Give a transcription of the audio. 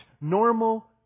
normal